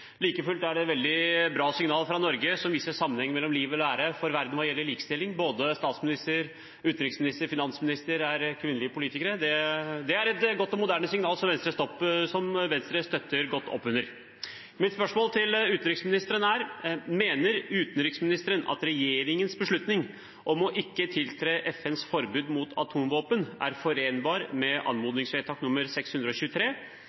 Like fullt er det et veldig bra signal fra Norge, som viser sammenhengen mellom liv og lære for verden hva gjelder likestilling, at både statsministeren, utenriksministeren og finansministeren er kvinnelige politikere. Det er et godt og moderne signal, som Venstre støtter godt opp under. Mitt spørsmål til utenriksministeren er: «Mener utenriksministeren at regjeringens beslutning om ikke å tiltre FNs forbud mot atomvåpen er forenbart med